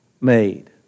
made